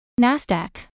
NASDAQ